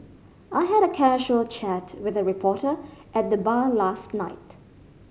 I had a casual chat with a reporter at the bar last night